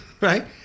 right